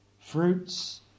fruits